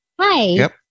Hi